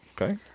Okay